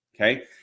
okay